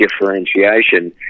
differentiation